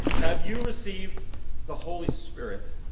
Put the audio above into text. have you received the holy spirit